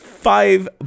Five